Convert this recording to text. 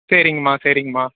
சரிங்கம்மா சரிங்கம்மா